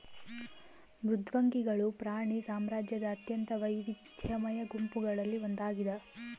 ಮೃದ್ವಂಗಿಗಳು ಪ್ರಾಣಿ ಸಾಮ್ರಾಜ್ಯದ ಅತ್ಯಂತ ವೈವಿಧ್ಯಮಯ ಗುಂಪುಗಳಲ್ಲಿ ಒಂದಾಗಿದ